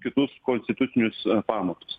kitus konstitucinius pamatus